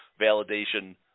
validation